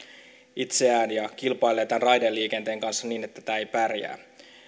itseään ja kilpailevat tämän raideliikenteen kanssa niin että tämä ei pärjää